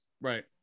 Right